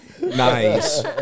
Nice